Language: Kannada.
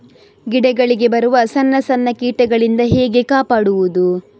ಗಿಡಗಳಿಗೆ ಬರುವ ಸಣ್ಣ ಸಣ್ಣ ಕೀಟಗಳಿಂದ ಹೇಗೆ ಕಾಪಾಡುವುದು?